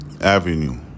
Avenue